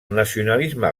nacionalisme